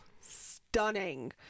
stunning